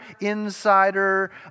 insider